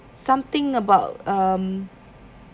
something about um